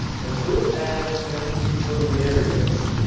and those ads tend to be hilarious.